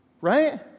right